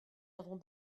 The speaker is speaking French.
avons